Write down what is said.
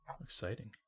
Exciting